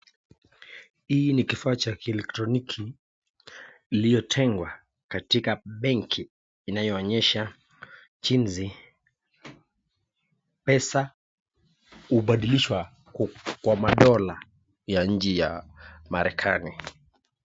Hii ni kifaa ya kielektroniki iliyotengwa katika benki inayoonyesha jinsi pesa hubadilishwa kwa madola ya njia marekani.